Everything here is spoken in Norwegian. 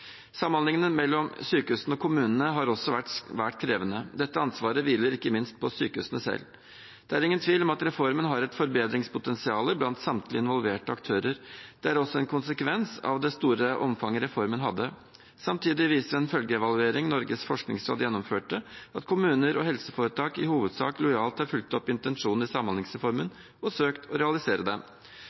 mellom sykehusene og kommunene har også vært svært krevende. Dette ansvaret hviler ikke minst på sykehusene selv. Det er ingen tvil om at reformen har et forbedringspotensial blant samtlige involverte aktører. Det er også en konsekvens av det store omfanget reformen hadde. Samtidig viser en følgeevaluering Norges forskningsråd gjennomførte, at kommuner og helseforetak i hovedsak lojalt har fulgt opp intensjonene i samhandlingsreformen og søkt å realisere dem. Det